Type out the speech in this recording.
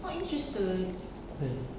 eh